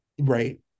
Right